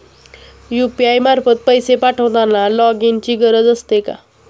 UPI मार्फत पैसे पाठवताना लॉगइनची गरज असते का?